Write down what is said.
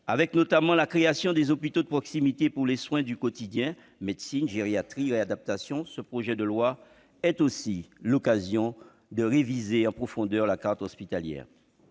avec notamment la création des hôpitaux de proximité pour les soins du quotidien- médecine, gériatrie et réadaptation -, il s'agit de réviser en profondeur la carte hospitalière.